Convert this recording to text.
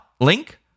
link